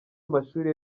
amashuri